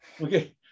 Okay